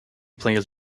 plays